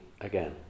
again